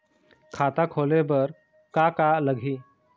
खाता खोले बर का का लगही?